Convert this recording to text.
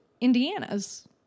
Indiana's